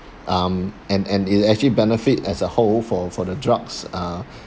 um and and it actually benefit as a whole for for the drugs uh